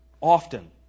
often